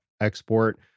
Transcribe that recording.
export